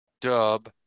Dub